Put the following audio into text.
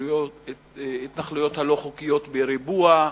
וההתנחלויות הלא-חוקיות בריבוע,